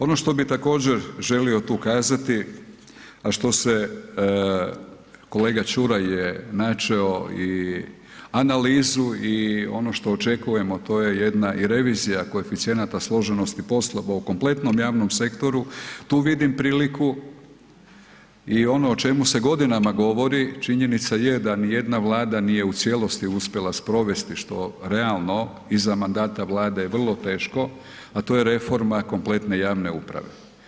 Ono što bih također želio tu kazati, a što se kolega Ćuraj je načeo i analizu i ono što očekujemo to je jedna i revizija koeficijenata složenosti poslova u kompletnom javnom sektoru, tu vidim priliku i ono o čemu se godinama govori, činjenica je da ni jedna vlada nije u cijelosti uspjela sprovesti što realno i za mandata vlade je vrlo teško, a to je reforma kompletne javne uprave.